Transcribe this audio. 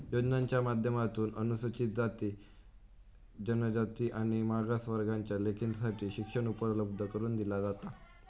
योजनांच्या माध्यमातून अनुसूचित जाती, जनजाति आणि मागास वर्गाच्या लेकींसाठी शिक्षण उपलब्ध करून दिला जाता